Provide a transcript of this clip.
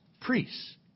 priests